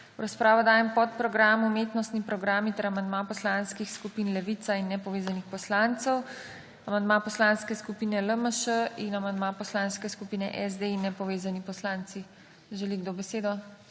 V razpravo dajem podprogram Umetnostni programi ter amandma poslanskih skupin Levica in nepovezani poslanci, amandma Poslanske skupine LMŠ in amandma Poslanske skupine SD in nepovezani poslanci. Želi kdo besedo?